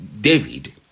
David